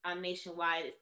nationwide